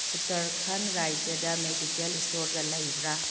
ꯎꯇꯔꯈꯟ ꯔꯥꯖ꯭ꯌꯥꯗ ꯃꯦꯗꯤꯀꯦꯜ ꯏꯁꯇꯣꯔꯒ ꯂꯩꯕ꯭ꯔ